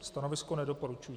Stanovisko nedoporučující.